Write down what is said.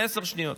עשר שניות.